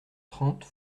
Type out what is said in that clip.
trente